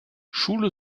schule